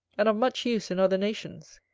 and of much use in other nations.